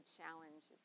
challenge